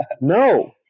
No